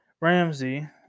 Ramsey